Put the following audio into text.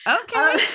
Okay